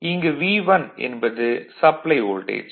இங்கு V1 என்பது supply voltage